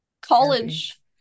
college